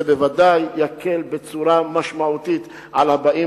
וזה בוודאי יקל בצורה משמעותית על הבאים